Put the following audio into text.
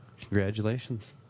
Congratulations